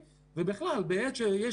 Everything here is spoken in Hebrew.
אנחנו מעירים על כך שבפועל אין בידי